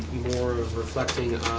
more reflecting on